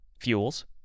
fuels